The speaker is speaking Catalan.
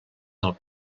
del